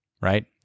right